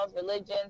religions